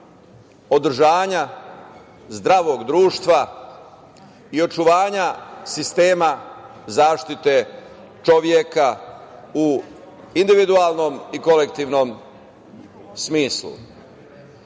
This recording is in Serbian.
održanja zdravog društva i očuvanja sistema zaštite čoveka u individualnom i kolektivnom smislu.